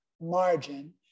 margin